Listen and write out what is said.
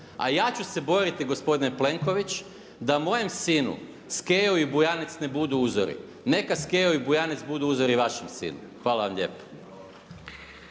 A ja ću se boriti gospodine Plenković, da mojem sinu, Skejo i Bujanec ne budu uzori. Neka Skejo i Bujanec budu uzori vašem sinu. Hvala vam lijepo.